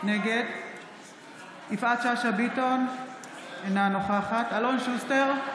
נגד יפעת שאשא ביטון, אינה נוכחת אלון שוסטר,